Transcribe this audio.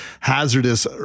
hazardous